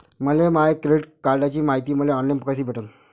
माया credit कार्डची मायती मले ऑनलाईन कसी भेटन?